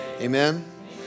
Amen